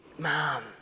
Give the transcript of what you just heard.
Mom